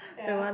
ya